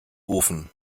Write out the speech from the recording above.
ofen